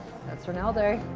that's ronaldo.